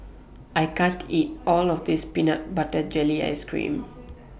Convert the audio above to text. I can't eat All of This Peanut Butter Jelly Ice Cream